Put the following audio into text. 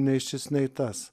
nei šis nei tas